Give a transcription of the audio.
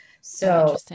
So-